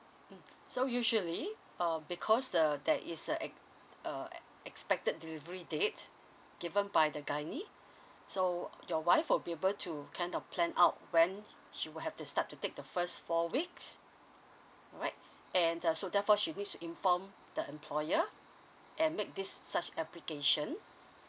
mm so usually uh because the there is a ex uh expected delivery date given by the gynae so your wife will be able to kind of plan out when she will have to start to take the first four weeks alright and uh so therefore she need to inform the employer and make this such application